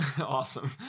awesome